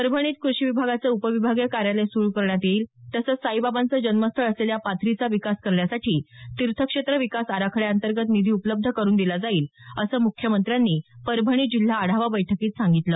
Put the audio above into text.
परभणीत क्रषी विभागाचं उपविभागीय कार्यालय सुरु करण्यात येईल तसंच साईबाबांचं जन्मस्थळ असलेल्या पाथरीचा विकास करण्यासाठी तीर्थक्षेत्र विकास आराखड्याअंतर्गत निधी उपलब्ध करुन दिला जाईल असं मुख्यमंत्र्यांनी परभणी जिल्हा आढावा बैठकीत सांगितलं